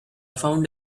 found